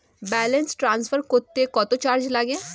Balance transfer করতে কত charge লাগে?